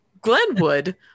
glenwood